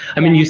i mean, yeah